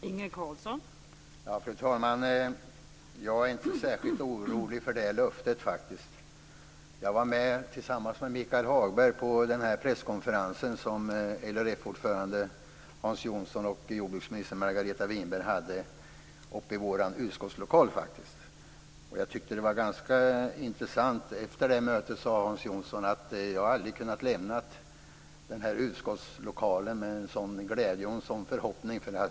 Fru talman! Jag är inte särskilt orolig för det löftet. Jag var tillsammans med Michael Hagberg med på den presskonferens som LRF-ordföranden Hans Jonsson och jordbruksminister Margareta Winberg höll i vår utskottslokal. Jag tyckte att det var intressant att höra Hans Jonsson säga efter det mötet: Jag har aldrig kunnat lämna den här utskottslokalen med sådan glädje och förhoppning.